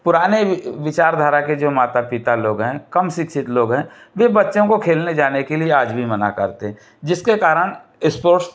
पुराने विचारधारा के जो माता पिता लोग हैं कम शिक्षित लोग है वे बच्चों को खेलने जाने के लिए आज भी मना करते हैं जिसके कारण स्पोर्ट्स